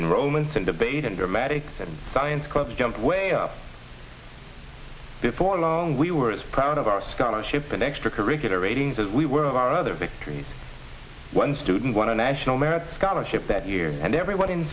romance and debate and dramatics and science class jump way up before long we were as proud of our scholarship and extracurricular ratings as we were of our other victories one student won a national merit scholarship that year and everyone in